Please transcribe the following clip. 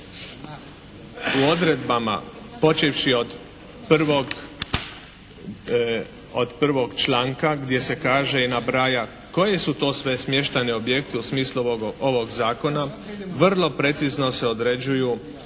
u odredbama počevši od prvog, od prvog članka gdje se kaže i nabraja koje su to sve smještajni objekti u smislu ovog zakona vrlo precizno se određuju